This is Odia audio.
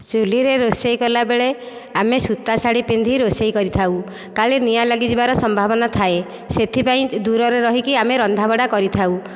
ଚୁଲିରେ ରୋଷେଇ କଲାବେଳେ ଆମେ ସୁତା ଶାଢ଼ୀ ପିନ୍ଧି ରୋଷେଇ କରିଥାଉ କାଳେ ନିଆଁ ଲାଗିଜିବାର ସମ୍ଭାବନା ଥାଏ ସେଥିପାଇଁ ଦୂରରେ ରହିକି ଆମେ ରନ୍ଧାବଢ଼ା କରିଥାଉ